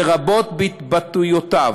לרבות בהתבטאויותיו".